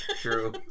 true